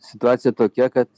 situacija tokia kad